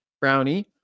Brownie